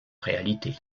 réalité